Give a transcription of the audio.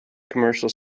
commercial